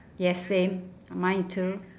yes same mine too